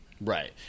right